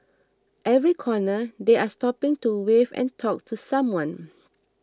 every corner they are stopping to wave and talk to someone